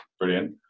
brilliant